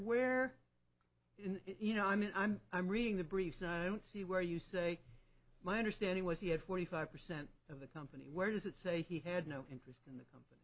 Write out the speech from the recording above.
where in you know i mean i'm i'm reading the briefs and i don't see where you say my understanding was he had forty five percent of the company where does it say he had no interest in